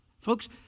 Folks